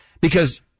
because-